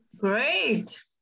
Great